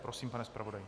Prosím, pane zpravodaji.